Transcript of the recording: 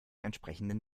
entsprechenden